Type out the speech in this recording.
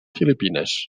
filipines